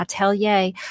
Atelier